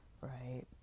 right